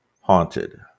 haunted